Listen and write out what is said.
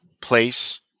place